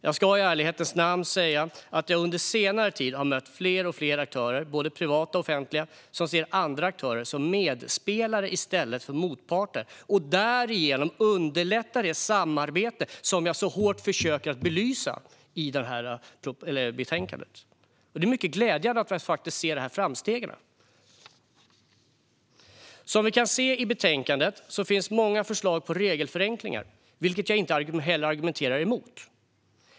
Jag ska i ärlighetens namn dock säga att jag under senare tid har mött fler och fler aktörer, både privata och offentliga, som ser andra aktörer som medspelare i stället för motparter och därigenom underlättar det samarbete som jag så hårt försöker belysa i betänkandet. Det är mycket glädjande att faktiskt se dessa framsteg. Som vi kan se i betänkandet finns många förslag till regelförenklingar, vilket jag inte heller argumenterar emot.